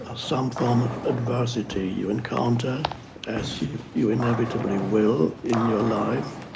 ah some form of adversity you encounter as you you inevitably will in your life.